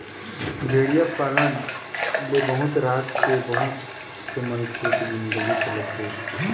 भेड़िया पालन ले बहुत राज के बहुत से मनखे के जिनगी चलत हे